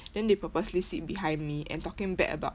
then they purposely sit behind me and talking bad about